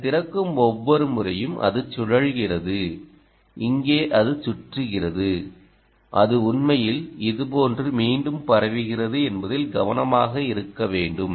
அது திறக்கும் ஒவ்வொரு முறையும் அது சுழல்கிறது இங்கே அது சுற்றுகிறது அது உண்மையில் இதுபோன்று மீண்டும் பரவுகிறது என்பதில் கவனமாக இருக்க வேண்டும்